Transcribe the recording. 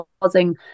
causing